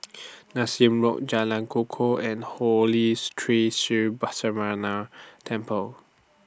Nassim Road Jalan Kukoh and Holy's Tree Sri Balasubramaniar Temple